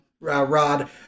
Rod